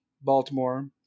Baltimore